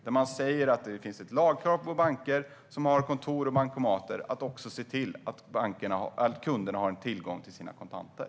Där finns det lagkrav på banker som har kontor och bankomater att se till att kunderna har tillgång till kontanter.